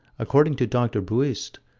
according to dr. buist,